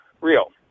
real